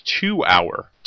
two-hour